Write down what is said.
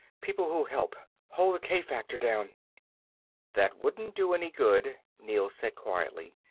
people who'll help. hold the k-factor down that wouldn't do any good, neel said quietly.